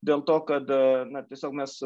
dėl to kada na tiesiog mes